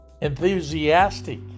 enthusiastic